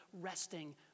resting